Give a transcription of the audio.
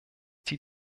die